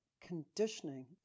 conditioning